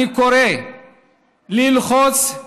ללחוץ על